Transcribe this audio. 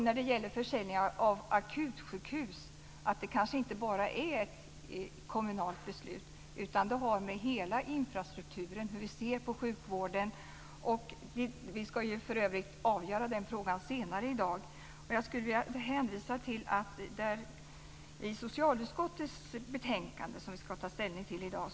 När det gäller försäljning av akutsjukhus tycker vi att det kanske inte bara är fråga om ett kommunalt beslut, utan det har att göra med hela infrastrukturen och hur vi ser på sjukvården. Vi ska för övrigt avgöra den frågan senare i dag. Jag skulle vilja hänvisa till socialutskottets betänkande som vi ska ta ställning till i dag.